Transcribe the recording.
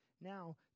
Now